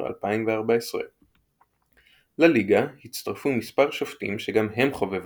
2014. לליגה הצטרפו מספר שופטים שגם הם חובבנים,